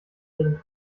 ihren